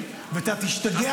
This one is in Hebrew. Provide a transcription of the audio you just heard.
וזה קרה.